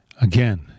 Again